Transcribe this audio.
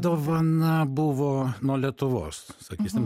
dovana buvo nuo lietuvos sakysim